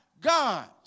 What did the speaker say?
God